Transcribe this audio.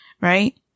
right